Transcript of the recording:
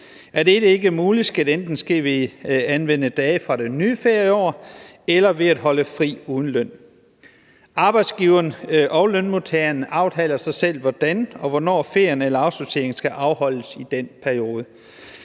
Er dette ikke muligt, skal det enten ske ved at anvende dage fra det nye ferieår eller ved at holde fri uden løn. Arbejdsgiveren og lønmodtageren aftaler så selv, hvordan og hvornår ferien eller afspadseringen skal afholdes i den periode.